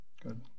Good